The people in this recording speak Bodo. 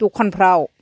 दखानफ्राव